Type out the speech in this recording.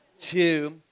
Two